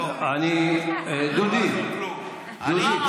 דודי, דודי, דודי, אתה,